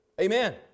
amen